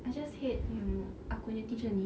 I just hate you know aku punya teacher ni